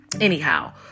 anyhow